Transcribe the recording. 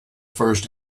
first